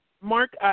Mark